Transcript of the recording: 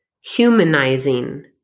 humanizing